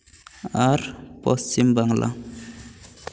ᱟᱨ Paschim Bangla